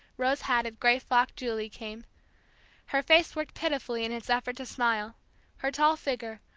rose-hatted, gray-frocked julie came her face worked pitifully in its effort to smile her tall figure,